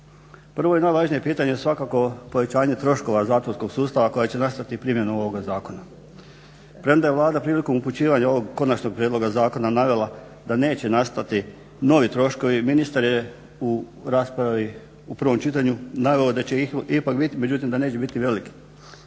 Prvo i najvažnije je svakako povećanje troškova zatvorskog sustava koje će nastati primjenom ovoga zakona. Premda je Vlada prilikom upućivanja ovog konačnog prijedloga zakona navela da neće nastati novi troškovi ministar je u raspravi u prvom čitanju naveo da će ipak biti međutim da neće biti velik.